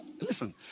listen